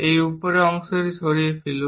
এই উপরের অংশটি সরিয়ে ফেলুন